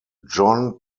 john